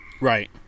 Right